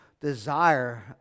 desire